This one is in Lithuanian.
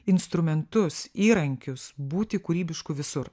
instrumentus įrankius būti kūrybišku visur